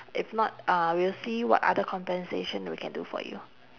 if not uh we'll see what other compensation we can do for you